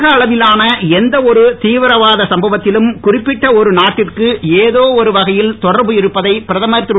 உலக அளவிலான எந்த ஒரு தீவிர வாத சம்பவத்திலும் குறிப்பிட்ட ஒரு நாட்டிற்கு ஏதோ ஒரு வகையில் தொடர்பு இருப்பதை பிரதமர் திரு